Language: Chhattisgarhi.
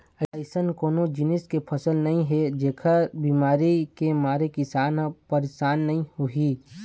अइसन कोनो जिनिस के फसल नइ हे जेखर बिमारी के मारे किसान ह परसान नइ होही